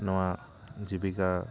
ᱱᱚᱣᱟ ᱡᱤᱵᱤᱠᱟ